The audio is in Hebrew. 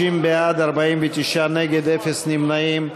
60, בעד, 49, נגד, אפס נמנעים.